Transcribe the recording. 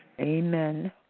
Amen